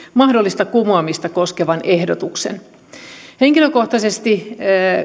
mahdollista kumoamista koskevan ehdotuksen henkilökohtaisesti